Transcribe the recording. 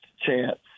chance